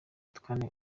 kane